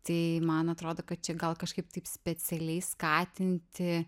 tai man atrodo kad čia gal kažkaip taip specialiai skatinti